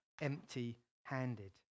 empty-handed